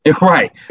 Right